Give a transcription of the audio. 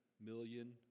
million